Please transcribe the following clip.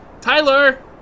Tyler